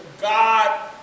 God